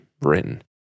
written